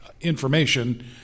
information